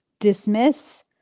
dismiss